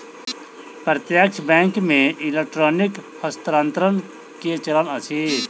प्रत्यक्ष बैंक मे इलेक्ट्रॉनिक हस्तांतरण के चलन अछि